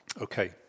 Okay